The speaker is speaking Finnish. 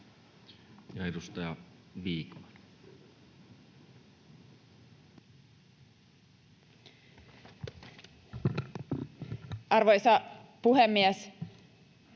Edustaja Simula. Arvoisa puhemies!